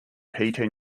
peter